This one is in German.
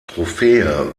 trophäe